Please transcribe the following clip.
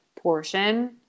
portion